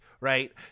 Right